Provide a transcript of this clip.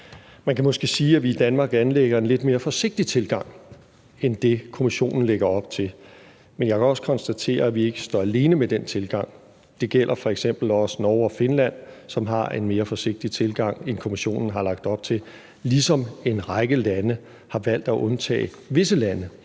Man kan måske sige, at vi i Danmark anlægger en lidt mere forsigtig tilgang end det, Kommissionen lægger op til. Men jeg kan også konstatere, at vi ikke står alene med den tilgang. Det gælder f.eks. også Norge og Finland, som har en mere forsigtig tilgang, end Kommissionen har lagt op til, ligesom en række lande har valgt at undtage visse lande